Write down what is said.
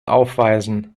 aufweisen